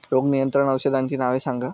रोग नियंत्रण औषधांची नावे सांगा?